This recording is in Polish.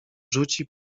rzuci